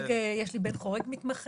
יש לי בן חורג מתמחה,